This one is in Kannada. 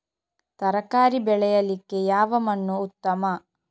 ತರಕಾರಿ ಬೆಳೆಯಲಿಕ್ಕೆ ಯಾವ ಮಣ್ಣು ಉತ್ತಮ?